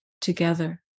together